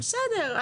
בסדר.